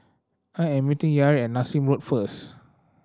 I am meeting Yair at Nassim Road first